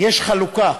יש חלוקה,